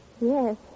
Yes